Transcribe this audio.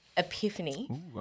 Epiphany